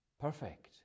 perfect